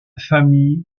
famille